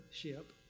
ship